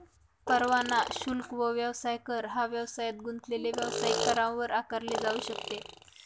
परवाना शुल्क व व्यवसाय कर हा व्यवसायात गुंतलेले व्यावसायिकांवर आकारले जाऊ शकते